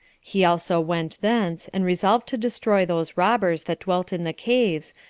he also went thence, and resolved to destroy those robbers that dwelt in the caves,